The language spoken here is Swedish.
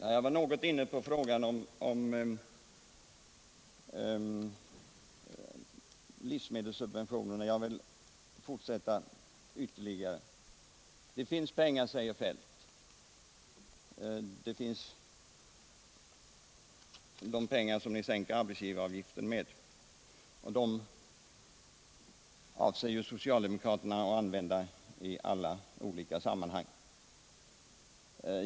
Herr talman! Jag var i mitt huvudanförande något inne på frågan om livsmedelssubventionerna, och jag vill fortsätta med det ytterligare. Det finns pengar, säger Kjell-Olof Feldt, nämligen de belopp som vi sänker arbetsgivaravgiften med. Dessa pengar avser socialdemokraterna att använda för alla möjliga ändamål.